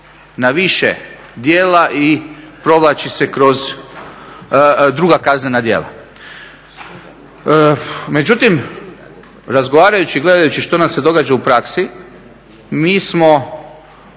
na više djela i provlači se kroz druga kaznena djela. Međutim, razgovarajući i gledajući što nam se događa u praksi mi smo